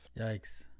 Yikes